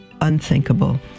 unthinkable